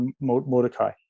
Mordecai